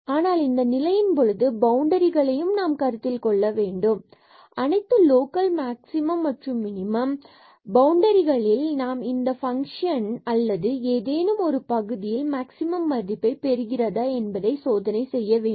ஆனால் இந்த நிலையின் பொழுது பவுண்டரிகளை நாம் கருத்தில் கொள்ளும் பொழுது அனைத்து லோக்கல் மேக்ஸிமம் மினிமம் மற்றும் அனைத்து பவுண்டரிகள் இல் நாம் இந்த பங்க்ஷன் அல்லது ஏதேனும் ஒரு பகுதியில் மேக்ஸிமம் மதிப்பை பெறுகிறதா என்பதை சோதனை செய்ய வேண்டும்